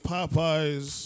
Popeyes